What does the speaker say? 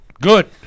good